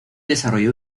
desarrolló